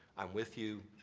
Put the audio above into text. i'm with you.